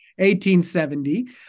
1870